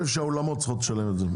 שהאולמות צריכים לשלם את זה.